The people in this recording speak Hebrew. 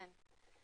כן.